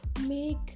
make